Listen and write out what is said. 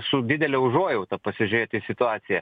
su didele užuojauta pasižiūrėt į situaciją